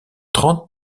trente